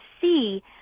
see